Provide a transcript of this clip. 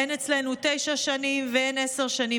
"אין אצלנו תשע שנים ואין עשר שנים",